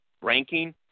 ranking